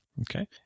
Okay